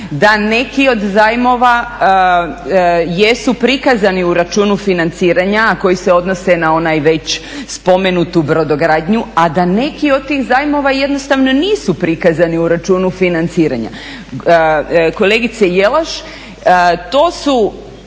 da neki od zajmova jesu prikazani u računu financiranja, a koji se odnose na onaj već spomenutu brodogradnju, a da neki od tih zajmova jednostavno nisu prikazani u računu financiranja. Kolegice Jelaš to su